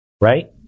Right